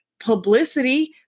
publicity